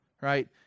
right